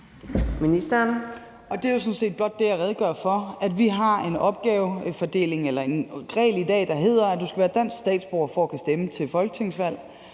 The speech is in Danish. Løhde): Det er sådan set blot det, jeg redegør for, nemlig at vi har en regel i dag, der hedder, at du skal være dansk statsborger for at kunne stemme til folketingsvalg.